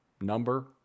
number